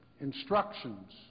instructions